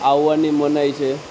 આવવાની મનાઈ છે